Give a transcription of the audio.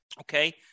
Okay